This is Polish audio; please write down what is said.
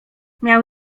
miał